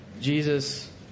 Jesus